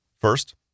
First